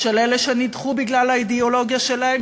של אלה שנדחו בגלל האידיאולוגיה שלהם,